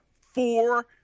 four